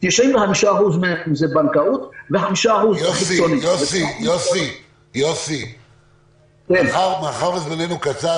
95% מהם זה בנקאות ו-5% זה --- מאחר וזמננו קצר,